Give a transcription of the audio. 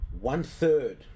one-third